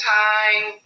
time